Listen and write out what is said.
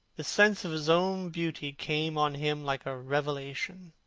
the sense of his own beauty came on him like a revelation.